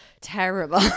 terrible